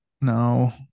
no